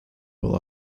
will